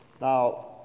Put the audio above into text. Now